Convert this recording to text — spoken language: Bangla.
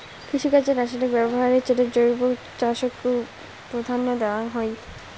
কৃষিকাজে রাসায়নিক ব্যবহারের চেয়ে জৈব চাষক প্রাধান্য দেওয়াং হই